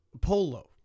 Polo